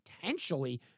potentially